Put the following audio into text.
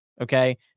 okay